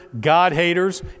God-haters